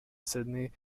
sydney